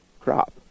crop